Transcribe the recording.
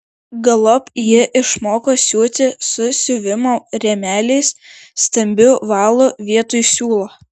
galop ji išmoko siūti su siuvimo rėmeliais stambiu valu vietoj siūlo